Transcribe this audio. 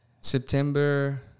September